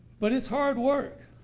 but it's hard work.